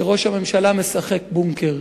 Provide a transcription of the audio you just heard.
שראש הממשלה משחק "בונקר",